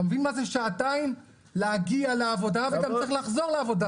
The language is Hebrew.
אתה מבין מה זה שעתיים להגיע לעבודה וגם צריך לחזור מהעבודה.